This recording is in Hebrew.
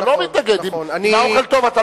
אתה לא מתנגד אם האוכל טוב.